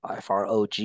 FROG